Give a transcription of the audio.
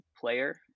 player